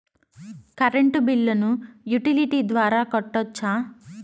Current బిల్లును utility ద్వారా కట్టొచ్చా?